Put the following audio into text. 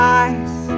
eyes